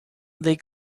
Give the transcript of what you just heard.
they